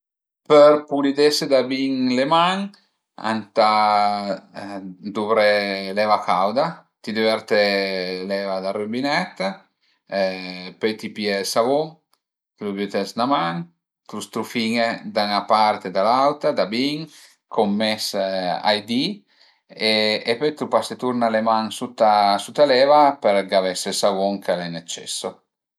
Për pulidese da bin le man ëntà duvré l'eva cauda, ti düverte l'eva del rübinèt, pöi ti pìe ël savun, t'lu büte s'na man, t'lu strufin-e da 'na part e da l'auta da bin, co ën mes ai di e pöi t'lu pase turna le man sut a sut a l'eva per gavese ël savun ch'al e ën eccesso